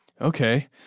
Okay